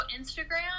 Instagram